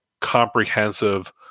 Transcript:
comprehensive